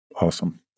Awesome